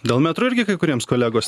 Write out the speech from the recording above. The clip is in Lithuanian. dėl metrų irgi kai kuriems kolegos